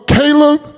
Caleb